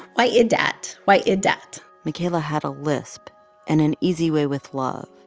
why id dat? why id dat? makayla had a lisp and an easy way with love.